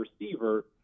receiver